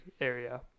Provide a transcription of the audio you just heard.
area